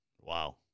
Wow